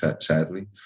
sadly